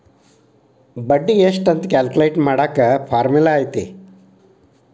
ಬಡ್ಡಿ ಎಷ್ಟ್ ಅಂತ ಕ್ಯಾಲ್ಕುಲೆಟ್ ಮಾಡಾಕ ಫಾರ್ಮುಲಾ ಐತಿ